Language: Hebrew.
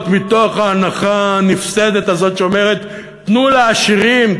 מתוך ההנחה הנפסדת הזאת שאומרת: תנו לעשירים,